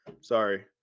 sorry